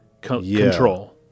control